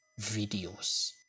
videos